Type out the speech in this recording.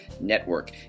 Network